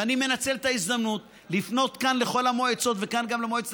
ואני מנצל את ההזדמנות לפנות כאן לכל המועצות וכאן גם למועצת